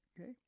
Okay